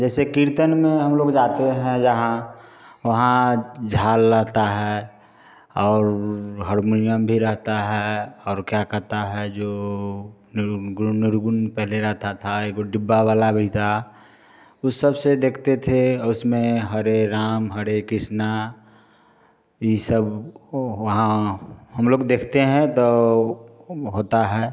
जैसे कीर्तन में हम लोग जाते हैं जहाँ वहाँ झाल रहता है और हरमुनियम भी रहता है और क्या कहता है जो निर्गुण निर्गुण पहले रहता था एगो डिब्बा वला भी था उस सब से देखते थे और उसमें हरे राम हरे कृष्णा ये सब वहाँ हम लोग देखते हैं तो होता है